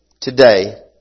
today